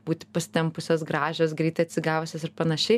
būti pasitempusios gražios greitai atsigavusios ir panašiai